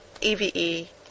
EVE